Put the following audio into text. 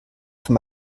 für